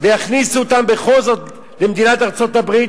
ויכניסו אותם בכל זאת למדינת ארצות-הברית